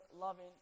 loving